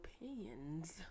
Opinions